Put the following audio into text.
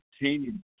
obtaining